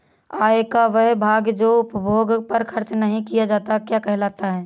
आय का वह भाग जो उपभोग पर खर्च नही किया जाता क्या कहलाता है?